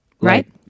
Right